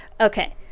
Okay